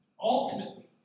Ultimately